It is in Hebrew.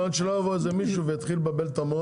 אבל עד שלא יבוא איזה מישהו ויתחיל לבלבל את המוח